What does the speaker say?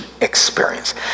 experience